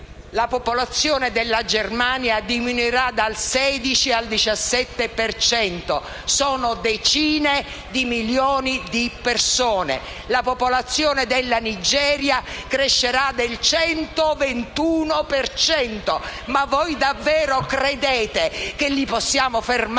la popolazione della Germania diminuirà dal 16 al 17 per cento: sono decine di milioni di persone. La popolazione della Nigeria crescerà del 121 per cento. Ma voi davvero credete che li possiamo fermare